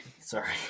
sorry